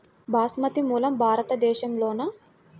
బాస్మతి మూలం భారతదేశంలోనా?